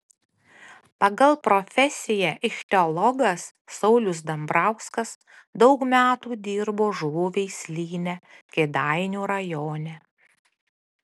pagal profesiją ichtiologas saulius dambrauskas daug metų dirbo žuvų veislyne kėdainių rajone